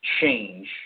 change